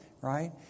right